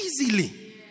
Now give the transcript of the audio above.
easily